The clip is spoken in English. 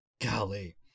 Golly